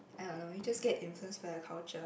I don't know we just get influenced by the culture